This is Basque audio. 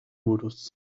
buruz